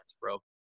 bro